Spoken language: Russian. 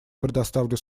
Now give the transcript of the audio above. предоставлю